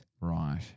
Right